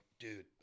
Dude